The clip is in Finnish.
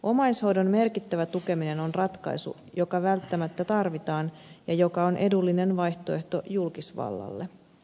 omaishoidon merkittävä tukeminen on ratkaisu joka välttämättä tarvitaan ja joka on edullinen vaihtoehto julkisvallalle